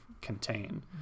contain